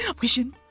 Wishing